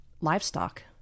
livestock